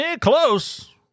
Close